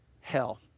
hell